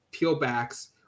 peelbacks